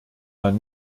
man